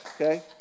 okay